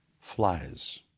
flies